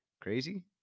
Crazy